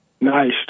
Nice